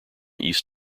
east